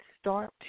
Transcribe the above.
start